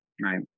Right